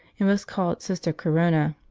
and was called sister corona.